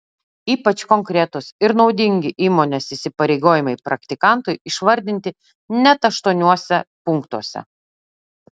ypač konkretūs ir naudingi įmonės įsipareigojimai praktikantui išvardinti net aštuoniuose punktuose